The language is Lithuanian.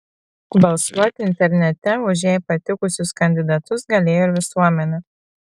balsuoti internete už jai patikusius kandidatus galėjo ir visuomenė